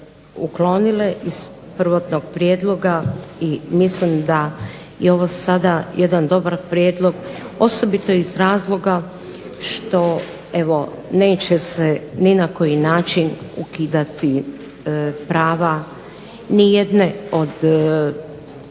uklonile iz prvotnog prijedloga i mislim da je ovo sada jedan dobar prijedlog, osobito iz razloga što evo neće se ni na koji način ukidati prava nijedne od posebnih